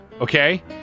okay